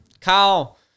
Kyle